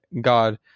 God